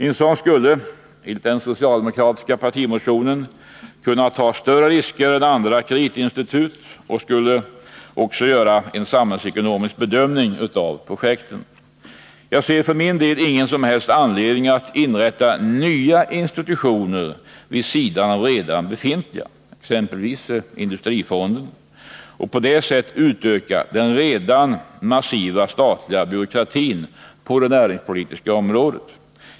En sådan skulle, enligt den socialdemokratiska partimotionen, kunna ta större risker än andra kreditinstitut och också göra en samhällsekonomisk bedömning av projekten. Jag ser för min del ingen som helst anledning att inrätta nya institutioner vid sidan om redan befintliga, t.ex. industrifonden, och på det sättet utöka den redan massiva statliga byråkratin på det näringspolitiska området.